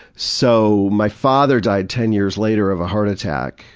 so my father died ten years later of a heart attack,